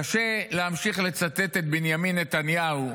קשה להמשיך לצטט את בנימין נתניהו,